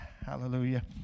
hallelujah